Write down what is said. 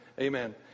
Amen